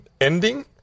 ending